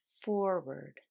forward